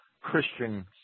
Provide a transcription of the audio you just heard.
Christian